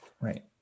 Right